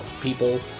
People